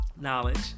knowledge